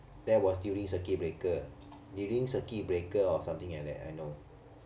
that was during circuit breaker during circuit breaker or something like that I know